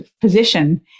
position